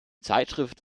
zeitschrift